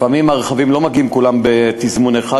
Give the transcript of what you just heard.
לפעמים הרכבים לא מגיעים כולם בזמן אחד,